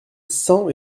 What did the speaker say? sang